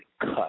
cut